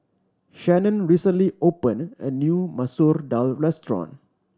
Shannon recently opened a new Masoor Dal restaurant